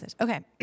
Okay